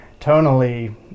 tonally